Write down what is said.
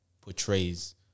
portrays